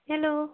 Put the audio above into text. hello